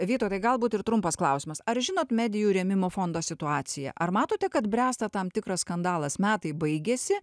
vytautai galbūt ir trumpas klausimas ar žinot medijų rėmimo fondo situaciją ar matote kad bręsta tam tikras skandalas metai baigiasi